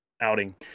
outing